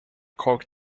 cork